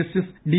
justice D